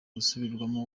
gusubirwamo